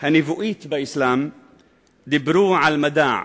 הנבואית באסלאם דיברו על מדע.